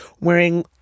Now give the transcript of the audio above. wearing